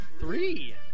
Three